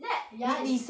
that ya is